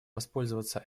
воспользоваться